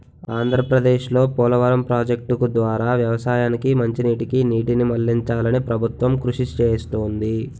ఆంధ్రప్రదేశ్లో పోలవరం ప్రాజెక్టు ద్వారా వ్యవసాయానికి మంచినీటికి నీటిని మళ్ళించాలని ప్రభుత్వం కృషి చేస్తుంది